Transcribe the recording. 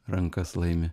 rankas laimi